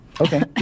Okay